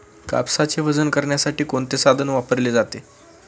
कापसाचे वजन करण्यासाठी कोणते साधन वापरले जाते?